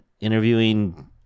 interviewing